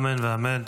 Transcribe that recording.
אמן ואמן.